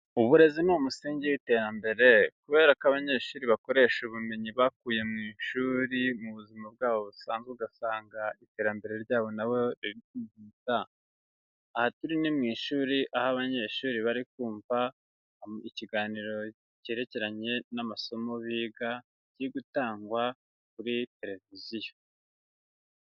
Uburezi ni umusingi w'iterambere kubera ko abanyeshuri bakoresha ubumenyi bakuye mu ishuri, mu buzima bwabo busanzwe ugasanga iterambere ryabo na bo rikihuta, aha turi ni mu ishuri, aho abanyeshuri bari kumva ikiganiro cyerekeranye n'amasomo kiri gutangwa kuri tereviziyo.